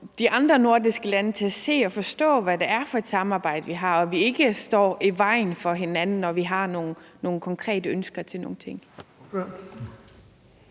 de andre nordiske lande til at se og forstå, hvad det er for et samarbejde, vi har, og at vi ikke står i vejen for hinanden, når vi har nogle konkrete ønsker til nogle ting?